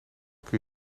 kun